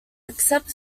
accept